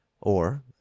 or